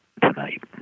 tonight